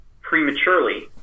prematurely